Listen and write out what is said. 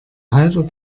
halter